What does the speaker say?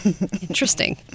Interesting